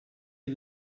die